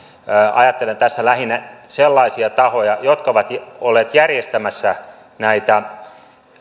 ajattelen tässä lähinnä sellaisia tahoja jotka ovat olleet järjestämässä näitä